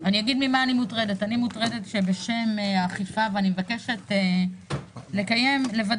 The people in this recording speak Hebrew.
אני מוטרדת שבשם האכיפה, ואני מבקשת לוודא